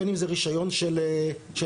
בין אם זה רישיון של אגודה.